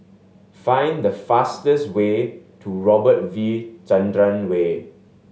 find the fastest way to Robert V Chandran Way